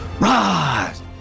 rise